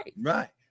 Right